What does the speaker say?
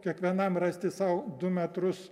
kiekvienam rasti sau du metrus